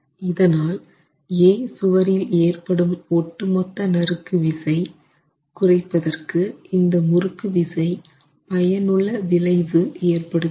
இதனால் A சுவரில் ஏற்படும் ஒட்டுமொத்த நறுக்கு விசை குறைப்பதற்கு இந்த முறுக்கு விசை பயனுள்ள விளைவு ஏற்படுத்தும்